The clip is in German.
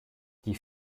die